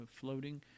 floating